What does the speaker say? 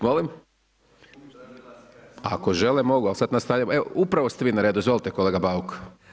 Molim? … [[Upadica se ne čuje.]] Ako žele mogu, sad nastavljamo, evo upravo ste vi na redu, izvolite kolega Bauk.